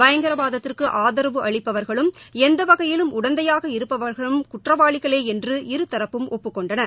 பயங்கரவாதத்திற்கு ஆதரவு அளிப்பவர்கள் எந்தவகையிலும் உடந்தையாக இருப்பவர்களும் குற்றவாளிகளே என்று இருதரப்பும் ஒப்புக் கொண்டன